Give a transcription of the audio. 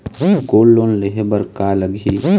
Gold loan लेहे बर का लगही?